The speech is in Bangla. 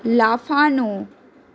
লাফানো